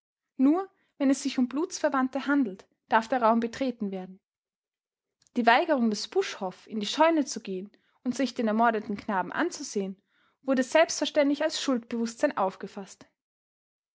nur wenn es sich um blutsverwandte handelt darf der raum betreten werden die weigerung des buschhoff in die scheune zu gehen und sich den ermordeten knaben anzusehen wurde selbstverständlich als schuldbewußtsein aufgefaßt